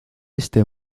ese